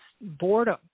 boredom